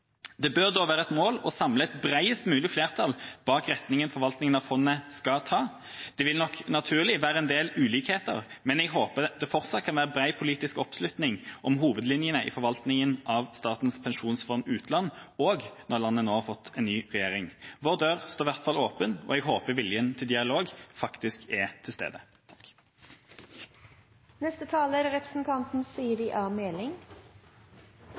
Det bør da være et mål å samle et bredest mulig flertall bak retningen forvaltningen av fondet skal ta. Det vil naturlig nok være en del ulikheter, men jeg håper det fortsatt kan være bred politisk oppslutning om hovedlinjene i forvaltningen av Statens pensjonsfond utland – også når landet nå har fått en ny regjering. Vår dør står i hvert fall åpen. Jeg håper viljen til dialog faktisk er til stede. Norge er